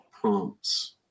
prompts